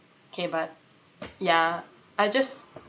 okay but ya I just